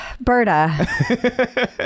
Berta